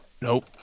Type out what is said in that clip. Nope